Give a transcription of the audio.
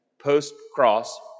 post-cross